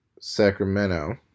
Sacramento